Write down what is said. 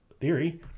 theory